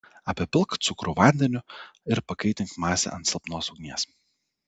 apipilk cukrų vandeniu ir pakaitink masę ant silpnos ugnies